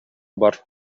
бар